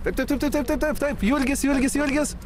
taip tai taip tai taip taip taip jurgis jurgis jurgis